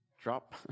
drop